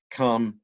come